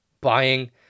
buying